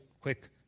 quick